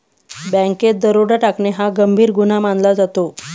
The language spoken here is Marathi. बँकेत दरोडा टाकणे हा गंभीर गुन्हा मानला जातो